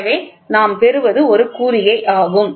எனவே நாம் பெறுவது ஒரு குறிகையாகும்